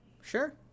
Sure